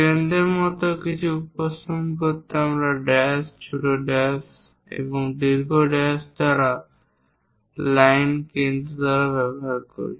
কেন্দ্রের মতো কিছু উপস্থাপন করতে আমরা ড্যাশ ছোট ড্যাশ এবং দীর্ঘ ড্যাশ লাইন দ্বারা কেন্দ্র রেখা ব্যবহার করি